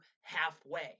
halfway